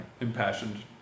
impassioned